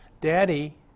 Daddy